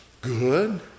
good